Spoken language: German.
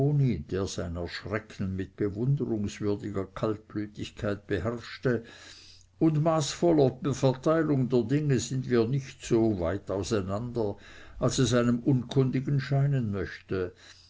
der sein erschrecken mit bewundernswürdiger kaltblütigkeit beherrschte und maßvoller verteilung der dinge sind wir nicht so weit auseinander als es einem unkundigen scheinen möchte